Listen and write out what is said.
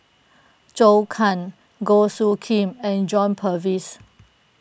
Zhou Can Goh Soo Khim and John Purvis